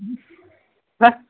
ಹ್ಞೂ